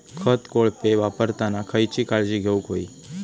खत कोळपे वापरताना खयची काळजी घेऊक व्हयी?